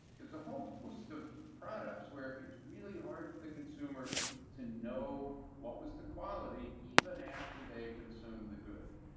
there's a whole host of products where it's really hard for the consumer to know what was the quality, even after they consumed the good.